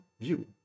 view